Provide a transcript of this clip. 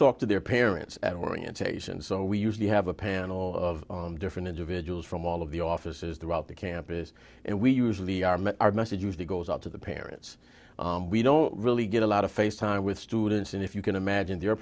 talk to their parents at orientation so we used to have a panel of different individuals from all of the offices the route the campus and we usually are met our message usually goes out to the parents we don't really get a lot of face time with students and if you can imagine their